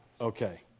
Okay